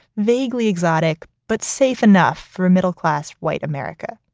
vaguely exotic, but safe enough for a middle-class white america.